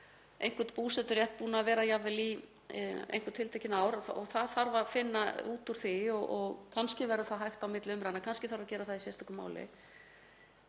einhvern búseturétt, búinn að vera þar jafnvel í einhver tiltekin ár, og það þarf að finna út úr því. Kannski verður það hægt á milli umræðna, kannski þarf að gera það í sérstöku máli.